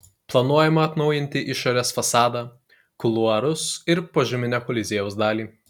planuojama atnaujinti išorės fasadą kuluarus ir požeminę koliziejaus dalį